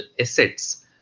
assets